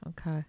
okay